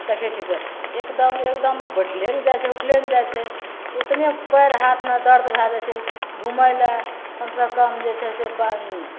देखै छी जे एगदम एगदम अब बैठले नहि जाइ छै उठले नहि जाइ छै एतने पाएर हाथमे दरद भए जाइ छै घुमै ले कमसे कम जे छै से